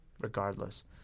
regardless